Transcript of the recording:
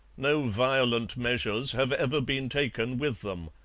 no violent measures have ever been taken with them.